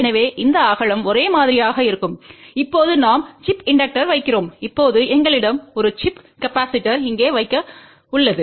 எனவே இந்த அகலம் ஒரே மாதிரியாக இருக்கும் இப்போது நாம் சிப் இண்டக்டர் வைக்கிறோம் இப்போது எங்களிடம் ஒரு சிப் கெபாசிடர்யை இங்கே வைக்க உள்ளது